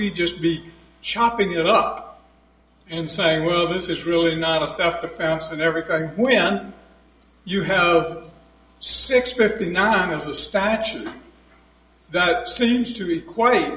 we'd just be chopping it up and saying well this is really not a theft the past and everything when you have six fifty nine is a statue that seems to be quite